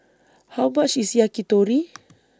How much IS Yakitori